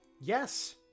Yes